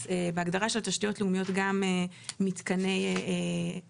בהגדרה של תשתיות לאומיות גם מתקני אגירה,